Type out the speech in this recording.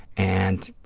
and